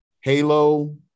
Halo